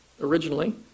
originally